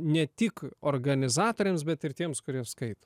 ne tik organizatoriams bet ir tiems kurie skaito